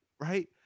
Right